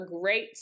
great